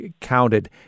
counted